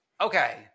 okay